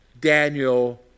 Daniel